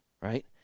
right